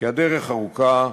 כי הדרך ארוכה,